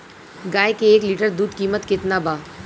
गाय के एक लीटर दूध कीमत केतना बा?